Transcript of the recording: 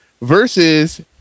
versus